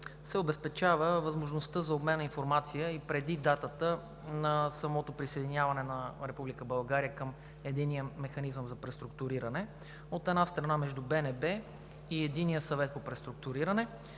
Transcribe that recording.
се обезпечава възможността за обмен на информация и преди датата на самото присъединяване на Република България към Единния механизъм за преструктуриране, от една страна, между БНБ и Единния съвет по преструктуриране